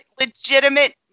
legitimate